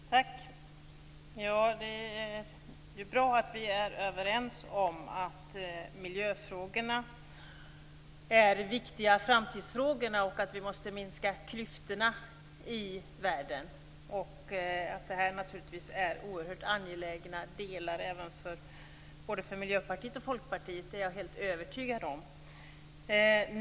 Fru talman! Det är bra att vi är överens om att miljöfrågorna är viktiga framtidsfrågor och att vi måste minska klyftorna i världen. Att detta naturligtvis är oerhört angelägna delar både för Miljöpartiet och för Folkpartiet är jag helt övertygad om.